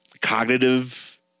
cognitive